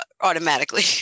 automatically